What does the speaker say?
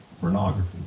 pornography